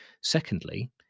Secondly